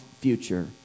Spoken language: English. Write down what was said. future